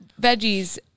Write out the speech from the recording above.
veggies